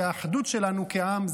והאחדות שלנו כעם,